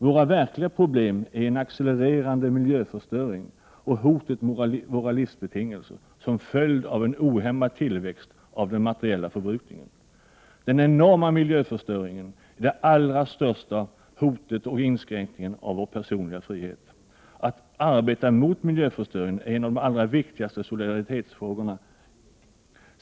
Våra verkliga problem är en accelererande miljöförstöring och hotet mot våra livsbetingelser som följd av en ohämmad tillväxt av den materiella förbrukningen. Den enorma miljöförstöringen är det allra största hotet mot och den allra största inskränkningen av vår personliga frihet. Att arbeta mot miljöförstöringen är en av de viktigaste solidaritetsfrågorna.